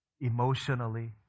emotionally